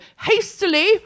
hastily